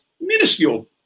minuscule